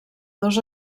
dos